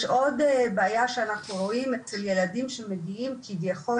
יש עוד בעיה שאנחנו רואים אצל ילדים שמגיעים כביכול